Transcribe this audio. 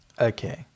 Okay